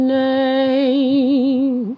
name